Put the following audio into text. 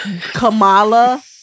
Kamala